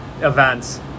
Events